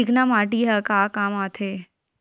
चिकना माटी ह का काम आथे?